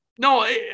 No